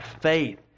faith